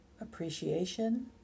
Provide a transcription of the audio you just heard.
appreciation